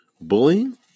Bullying